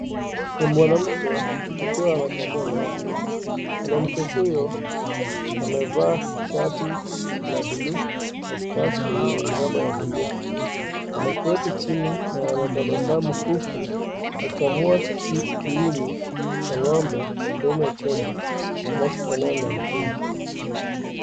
Ni mwanamke akiwa anakamua ngombe, mwanamke huyo amevaa shati la bluu na skafu yenye mramba ya bluu, ameketi chini na anatabasamu huku akikamua kiini cha ngombe ndani ya chombo kinachofanana na mtungi.